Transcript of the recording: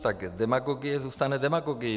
Tak demagogie zůstane demagogií.